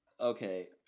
Okay